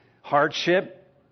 hardship